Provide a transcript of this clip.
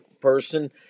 person